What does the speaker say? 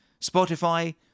Spotify